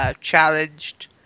challenged